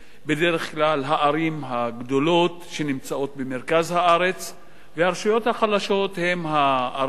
בדרך כלל הערים הגדולות שנמצאות במרכז הארץ והרשויות החלשות הן הערים